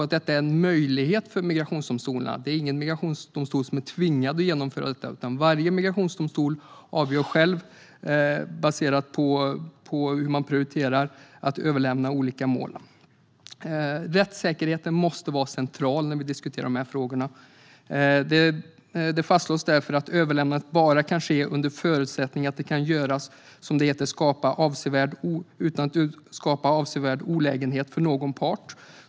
Förslaget innebär en möjlighet för migrationsdomstolarna - ingen migrationsdomstol är dock tvungen att göra detta, utan det avgör varje migrationsdomstol själv baserat på hur man prioriterar att överlämna olika mål. Rättssäkerheten måste vara central i dessa frågor. Det fastslås därför att överlämnandet bara kan ske under förutsättning att det kan göras utan att - som det heter - skapa avsevärd olägenhet för någon part.